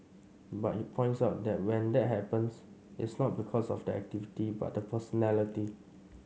but he points out that when that happens it's not because of the activity but the personality